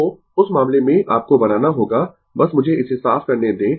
Refer Slide Time 1615 तो उस मामले में आपको बनाना होगा बस मुझे इसे साफ करने दें